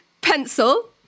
pencil